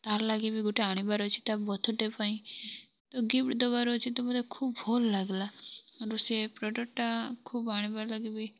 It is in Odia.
ତାର୍ ଲାଗି୍ ବି ଗୁଟେ ଆଣିବାର୍ ଅଛି ତା ବର୍ଥେଡେ ପାଇଁ ଗିଫ୍ଟ ଦେବାର୍ ଅଛି ତ ମତେ ଖୁବ୍ ଭଲ୍ ଲାଗ୍ଲା ଆରୁ ସେ ପ୍ରଡ଼କ୍ଟ୍ଟା ଖୁବ୍ ଆଣିବାର୍ ଲାଗିବି